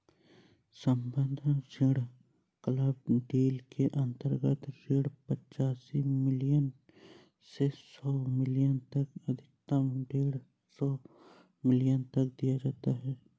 सम्बद्ध ऋण club deal के अंतर्गत ऋण पच्चीस मिलियन से सौ मिलियन तक अधिकतम डेढ़ सौ मिलियन तक दिया जाता है